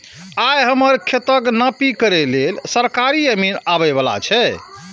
आइ हमर खेतक नापी करै लेल सरकारी अमीन आबै बला छै